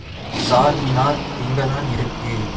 சார்மினார் எங்கே தான் இருக்கு